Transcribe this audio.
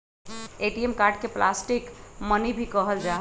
ATM card के plastic money भी कहल जाहई